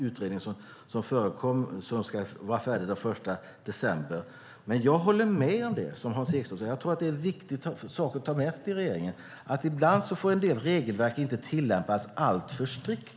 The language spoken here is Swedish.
Utredningen ska vara färdig den 1 december. Jag håller med om det som Hans Ekström säger om att det är viktigt att ta med sig till regeringen att ibland får en del regelverk inte tillämpas alltför strikt.